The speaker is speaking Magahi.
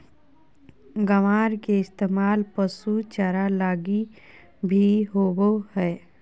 ग्वार के इस्तेमाल पशु चारा लगी भी होवो हय